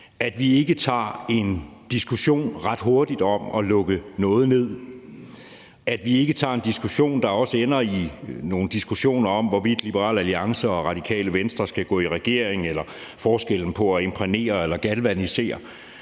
at vi ikke tager en diskussion ret hurtigt om at lukke noget ned, og at vi ikke tager en diskussion, der også ender i nogle diskussionerom, hvorvidt Liberal Alliance og Radikale Venstre skal gå i regering, eller om forskellen på at imprægnere og at galvanisere,